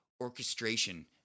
orchestration